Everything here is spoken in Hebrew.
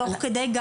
תוך כדי,